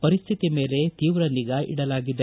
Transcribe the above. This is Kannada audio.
ಪರಿಸ್ತಿತಿ ಮೇಲೆ ತೀವ್ರ ನಿಗಾ ಇಡಲಾಗಿದೆ